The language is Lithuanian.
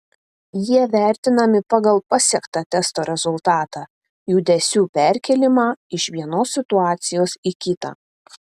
jie vertinami pagal pasiektą testo rezultatą judesių perkėlimą iš vienos situacijos į kitą